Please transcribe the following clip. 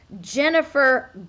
Jennifer